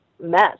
mess